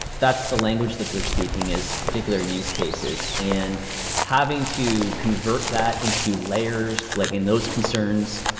that's the language that they're speaking, is particular use cases. and having to convert that into layers, like in those concerns,